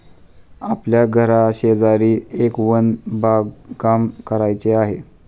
आपल्या घराशेजारी एक वन बागकाम करायचे आहे